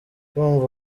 kumva